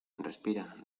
respira